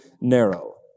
narrow